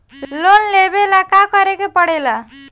Loan लेबे ला का करे के पड़े ला?